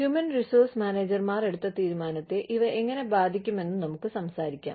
human resource മാനേജർമാർ എടുത്ത തീരുമാനത്തെ ഇവ എങ്ങനെ ബാധിക്കുമെന്ന് നമുക്ക് സംസാരിക്കാം